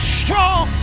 strong